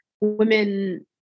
women